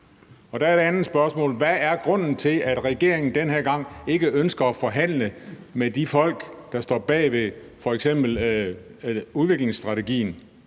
Hvad er grunden til, at regeringen den her gang ikke ønsker at forhandle med de folk, der står bag f.eks. udviklingsstrategien?